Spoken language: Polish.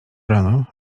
rano